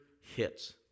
hits